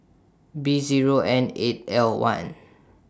B Zero N eight L one